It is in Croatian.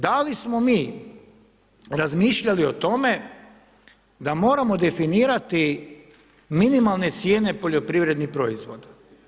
Da li smo mi razmišljali o tome, da moramo definirati minimalne cijene poljoprivrednih proizvoda?